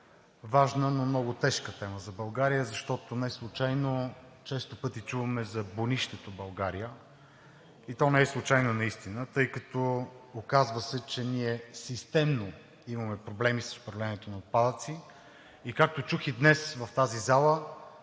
важна, но много тежка тема за България, защото неслучайно често пъти чуваме за бунището България, и то наистина не е случайно, тъй като се оказва, че ние системно имаме проблеми с управлението на отпадъците. Както чух и днес в тази зала,